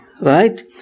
Right